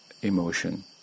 emotion